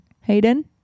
Hayden